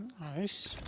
nice